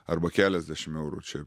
arba keliasdešim eurų čia